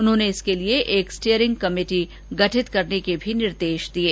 उन्होंने इसके लिये एक स्टीयरिंग कमेटी गठित करने के भी निर्देश दिये